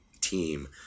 team